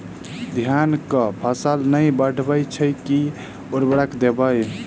धान कऽ फसल नै बढ़य छै केँ उर्वरक देबै?